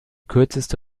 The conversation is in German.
kürzeste